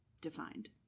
defined